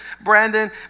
Brandon